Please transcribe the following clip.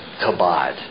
kabod